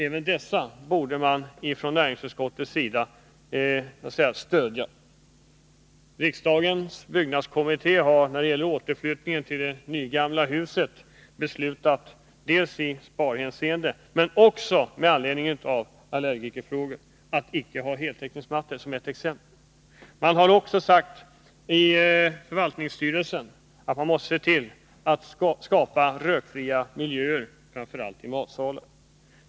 Även dem borde man stödja från näringsutskottets sida. Riksdagens byggnadskommitté för det nygamla riksdagshuset har beslutat dels av besparingsskäl, dels med tanke på allergiker att t.ex. icke ha heltäckningsmattor i lokalerna. Förvaltningsstyrelsen har sagt att man måste skapa rökfria miljöer framför allt i matsalen.